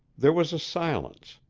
there was a silence.